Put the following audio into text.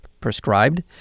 prescribed